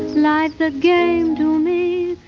life's a game to me